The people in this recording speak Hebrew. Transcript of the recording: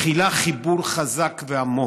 מכילה חיבור חזק ועמוק,